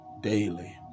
daily